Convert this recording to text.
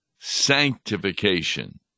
sanctification